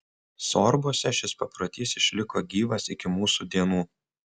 sorbuose šis paprotys išliko gyvas iki mūsų dienų